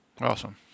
Awesome